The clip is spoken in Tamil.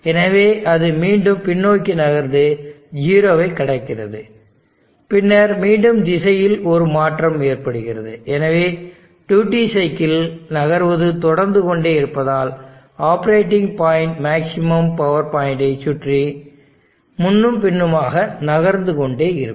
எனவே அது மீண்டும் பின்னோக்கி நகர்ந்து 0 ஐக் கடக்கிறது பின்னர் மீண்டும் திசையில் ஒரு மாற்றம் ஏற்படுகிறது எனவே டியூட்டி சைக்கிள் நகர்வது தொடர்ந்து கொண்டே இருப்பதால் ஆப்ப ரேட்டிங் பாயிண்ட் மேக்ஸிமம் பவர்பாயின்ட்ஐ சுற்றி முன்னும் பின்னுமாக நகர்ந்து கொண்டே இருக்கும்